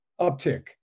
uptick